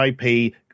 IP